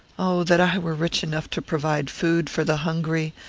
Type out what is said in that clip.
oh that i were rich enough to provide food for the hungry,